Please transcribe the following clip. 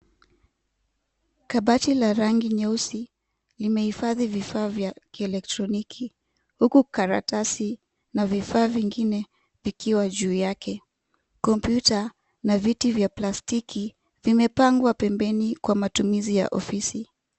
Kabati la rangi nyeusi imehifadhi vifaa vya kielektroniki. Huku karatasi na vifaa vingine vikiwa juu yake. Kompyuta na viti vya plastiki vimepangwa pembeni kwa matumizi ya ofisi.